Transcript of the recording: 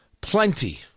plenty